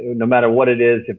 no matter what it is,